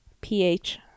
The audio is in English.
P-H